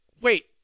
wait